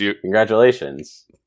Congratulations